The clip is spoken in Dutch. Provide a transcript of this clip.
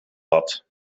had